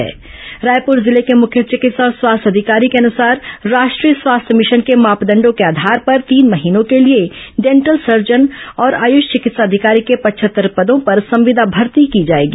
रायपुर जिले के मुख्य चिकित्सा और स्वास्थ्य अधिकारी के अनुसार राष्ट्रीय स्वास्थ्य मिशन के मापदंडो के आधार पर तीन महीनों के लिए डेंटल सर्जन और आयुष चिकित्सा अधिकारी के पचहत्तर पदों पर संविदा भर्ती की जाएगी